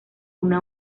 una